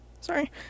sorry